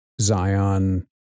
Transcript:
Zion